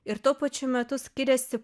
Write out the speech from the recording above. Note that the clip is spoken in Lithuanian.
ir tuo pačiu metu skyrėsi